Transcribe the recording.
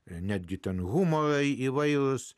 netgi ten humoro įvairūs